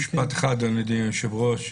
משפט אחד, אדוני היושב-ראש.